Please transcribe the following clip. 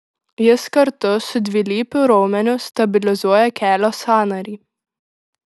jis kartu su dvilypiu raumeniu stabilizuoja kelio sąnarį